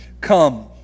Come